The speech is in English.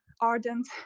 ardent